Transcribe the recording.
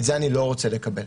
את זה אני לא רוצה לקבל.